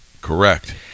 Correct